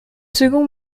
second